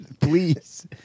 Please